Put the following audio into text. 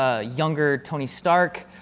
ah younger tony stark.